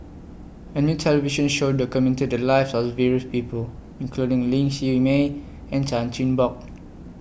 A New television Show documented The Lives of various People including Ling Siew May and Chan Chin Bock